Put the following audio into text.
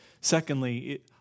Secondly